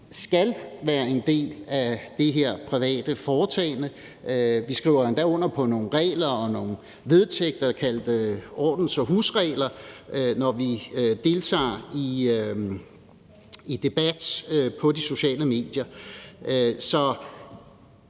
skal være en del af det her private foretagende. Vi skriver endda under på nogle regler og nogle vedtægter kaldet ordens- og husregler, når vi deltager i debat på de sociale medier.